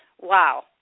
Wow